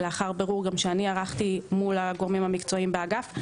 לאחר בירור גם שאני ערכתי מול הגורמים המקצועיים באגף,